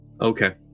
Okay